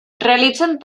realitzen